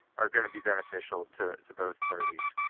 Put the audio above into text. are going to be beneficial to to both parties.